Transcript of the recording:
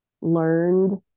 learned